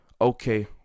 okay